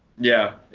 yeah,